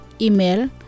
Email